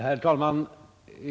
Herr talman!